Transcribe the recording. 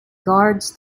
guards